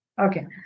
Okay